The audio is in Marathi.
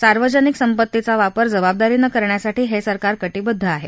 सार्वजनिक संपत्तीचा वापर जबाबदारीनं करण्यासाठी हे सरकार कटिबद्ध आहे